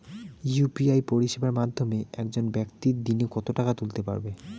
UPI পরিষেবার মাধ্যমে একজন ব্যাক্তি দিনে কত টাকা তুলতে পারবে?